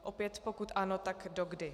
Opět pokud ano, tak do kdy.